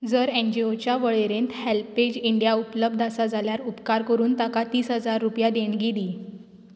जर एनजीओच्या वळेरेंत हॅल्पेज इंडिया उपलब्ध आसा जाल्यार उपकार करून ताका तीस हजार रुपया देणगी दी